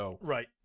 Right